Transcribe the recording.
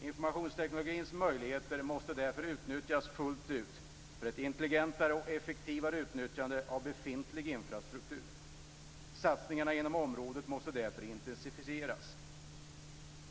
Informationsteknikens möjligheter måste därför utnyttjas fullt ut för ett intelligentare och effektivare nyttjande av befintlig infrastruktur. Satsningarna inom området måste intensifieras.